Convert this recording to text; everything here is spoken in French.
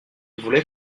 voulait